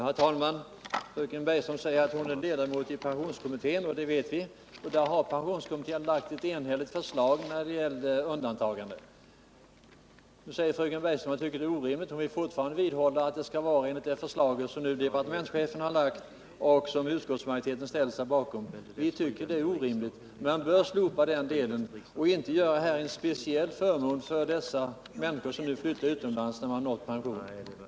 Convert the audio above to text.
Herr talman! Fröken Bergström säger att hon är medlem av pensionskommittén, och det vet vi. Pensionskommittén har ju också enhälligt lagt fram ett förslag beträffande undantagandet. Jag tycker, fröken Bergström, att det är orimligt att hålla fast vid det förslag som departementschefen har lagt fram och som utskottsmajoriteten har ställt sig bakom. Man bör slopa den här delen och inte införa en speciell förmån för de människor som flyttar utomlands när de nått pensionsåldern.